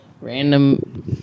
random